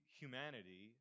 humanity